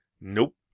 Nope